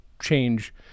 change